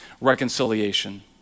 reconciliation